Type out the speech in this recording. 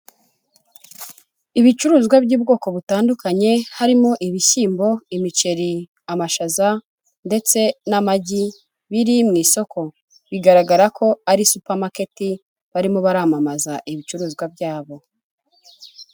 Ibicuruzwa by'ubwoko butandukanye harimo ibishyimbo, imiceri, amashaza ndetse n'amagi biri mu isoko, bigaragarako ari supamaketi barimo baramamaza ibicuruzwa byabo.